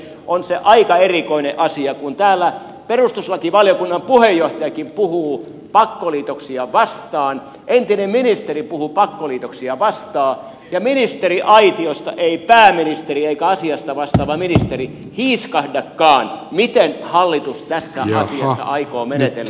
on se aika erikoinen asia kun täällä perustuslakivaliokunnan puheenjohtajakin puhuu pakkoliitoksia vastaan entinen ministeri puhuu pakkoliitoksia vastaan ja ministeriaitiosta ei pääministeri eikä asiasta vastaava ministeri hiiskahdakaan miten hallitus tässä asiassa aikoo menetellä